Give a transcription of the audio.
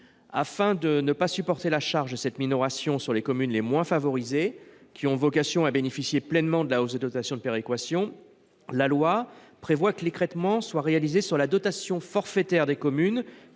Afin de ne pas supporter la charge de cette minoration sur les communes les moins favorisées, qui ont vocation à bénéficier pleinement de la hausse de dotation de péréquation, la loi prévoit que l’écrêtement est réalisé sur la dotation forfaitaire des communes